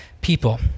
people